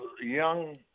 young